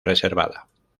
reservada